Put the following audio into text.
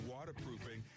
Waterproofing